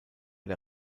der